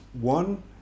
One